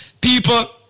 people